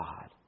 God